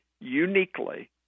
uniquely